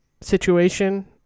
situation